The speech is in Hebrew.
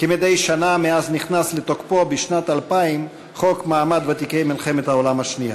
כמדי שנה מאז נכנס לתוקפו בשנת 2000 חוק מעמד ותיקי מלחמת העולם השנייה.